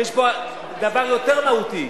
שיש פה דבר יותר מהותי,